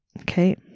Okay